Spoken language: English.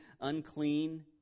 unclean